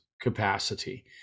capacity